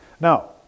Now